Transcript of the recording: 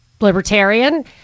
libertarian